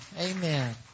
Amen